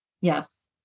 Yes